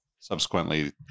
Subsequently